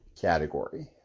category